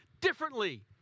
differently